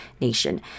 nation